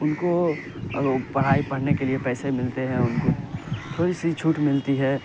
ان کو پڑھائی پڑھنے کے لیے پیسے ملتے ہیں اور ان کو تھوڑی سی چھوٹ ملتی ہے